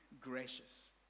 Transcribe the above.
gracious